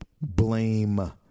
blame